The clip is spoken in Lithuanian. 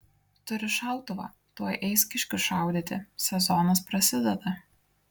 turi šautuvą tuoj eis kiškių šaudyti sezonas prasideda